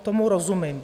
Tomu rozumím.